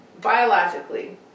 biologically